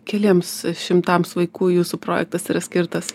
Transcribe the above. keliems šimtams vaikų jūsų projektas yra skirtas